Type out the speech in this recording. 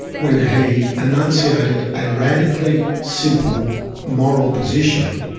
when he enunciated a radically simple moral position.